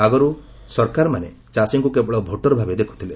ଆଗରୁ ସରକାରମାନେ ଚାଷୀଙ୍କୁ କେବଳ ଭୋଟର୍ ଭାବେ ଦେଖୁଥିଲେ